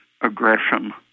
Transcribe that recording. aggression